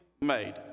made